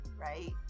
right